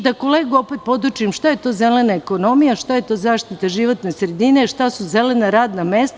Da kolegu opet podučim šta je to zelena ekonomija, šta je to zaštita životne sredine, a šta su zelena radna mesta.